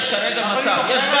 אבל היא לא תיקח על עצמה.